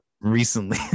recently